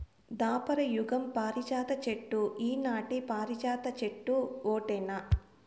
దాపర యుగం పారిజాత చెట్టు ఈనాటి పారిజాత చెట్టు ఓటేనా